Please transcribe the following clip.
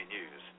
News